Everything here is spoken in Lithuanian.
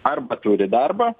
arba turi darbą